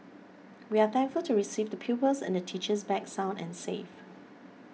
we are thankful to receive the pupils and the teachers back sound and safe